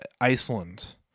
Iceland